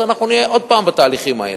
אז אנחנו נהיה עוד פעם בתהליכים האלה.